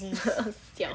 siao